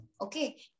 Okay